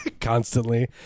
constantly